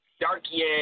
darky